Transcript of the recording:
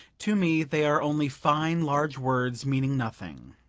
to me they are only fine large words meaning nothing.